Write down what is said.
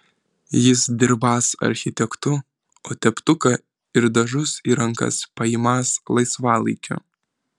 jis dirbąs architektu o teptuką ir dažus į rankas paimąs laisvalaikiu